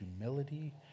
humility